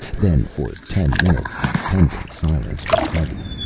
then, for ten minutes, the pendant silence was heavy.